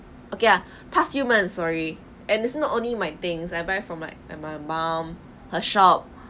okay ah pass few months sorry and it's not only my things I buy for my and my mom her shop